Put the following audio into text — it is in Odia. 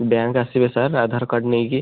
ବ୍ୟାଙ୍କ୍ ଆସିବେ ସାର୍ ଆଧାର କାର୍ଡ଼ ନେଇକି